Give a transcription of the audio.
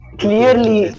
clearly